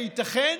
הייתכן